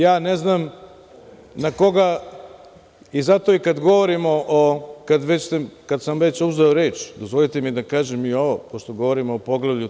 Ja ne znam na koga, i zato kada govorimo, kada sam već uzeo reč, dozvolite mi da kažem i ovo, pošto govorimo o Poglavlju 31.